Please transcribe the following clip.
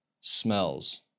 smells